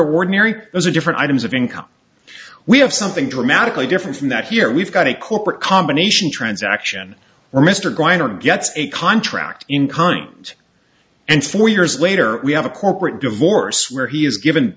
ordinary those are different items of income we have something dramatically different from that here we've got a corporate combination transaction where mr going on gets a contract in current and four years later we have a corporate divorce where he is given